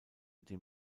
den